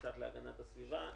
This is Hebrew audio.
כמשרד להגנת הסביבה,